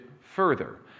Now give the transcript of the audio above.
further